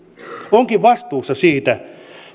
joutuisi vastuuseen siitä